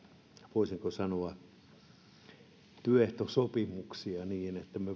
voisiko sanoa työehtosopimuksia niin